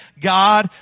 God